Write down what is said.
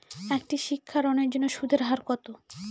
একটি শিক্ষা ঋণের জন্য সুদের হার কত?